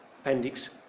Appendix